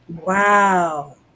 Wow